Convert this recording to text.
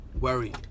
worry